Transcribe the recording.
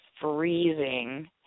freezing